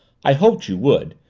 i hoped you would,